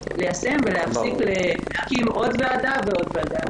ליישם ולהפסיק להקים עוד ועדה ועוד ועדה.